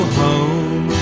home